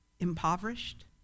impoverished